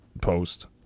post